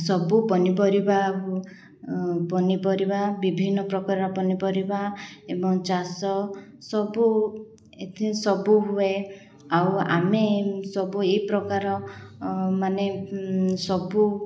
ସବୁ ପନିପରିବା ପନିପରିବା ବିଭିନ୍ନ ପ୍ରକାର ପନିପରିବା ଏବଂ ଚାଷ ସବୁ ଏଥି ସବୁ ହୁଏ ଆଉ ଆମେ ସବୁ ଏଇ ପ୍ରକାର ମାନେ ସବୁ